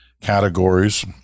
categories